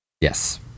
Yes